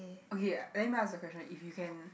okay let me ask a question if you can